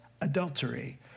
adultery